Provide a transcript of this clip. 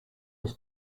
his